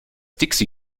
dixi